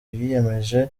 yiyemeje